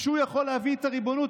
כשהוא היה יכול להביא את הריבונות,